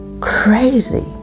crazy